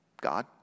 God